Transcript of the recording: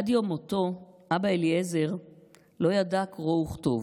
עד יום מותו, אבא אליעזר לא ידע קרוא וכתוב,